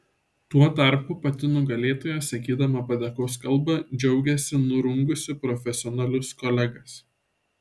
tuo tarpu pati nugalėtoja sakydama padėkos kalbą džiaugėsi nurungusi profesionalius kolegas